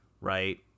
right